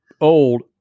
old